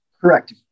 Correct